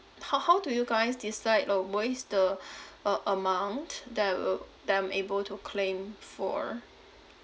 how how do you guys decide uh what is the uh amount that will that I'm able to claim for